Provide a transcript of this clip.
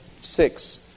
six